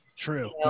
true